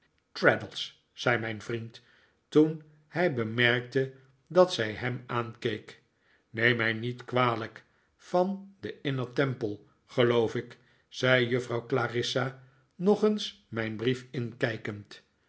traddles zei mijn vri'end toen hij bemerkte dat zij hem aankeek neem mij niet kwalijk van den inner temple geloof ik zei juffrouw clarissa nog eens mijn brief inkijkend